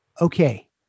okay